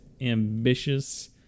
ambitious